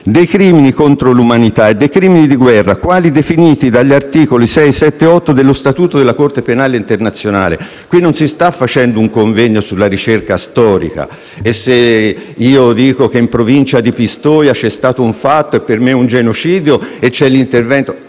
dei crimini contro l'umanità e dei crimini di guerra, quali definiti dagli articoli 6, 7, e 8 dello Statuto della Corte penale internazionale (…);»- non è quindi il caso del convegno sulla ricerca storica; se dico che in Provincia di Pistoia vi è stato un fatto che per me è un genocidio non rientro